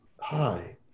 hi